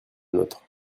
nôtre